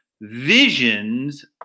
visions